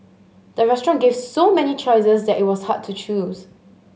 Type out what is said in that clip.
the restaurant gave so many choices that it was hard to choose